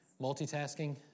Multitasking